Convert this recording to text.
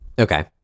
Okay